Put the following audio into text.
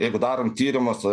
jeigu darom tyrimus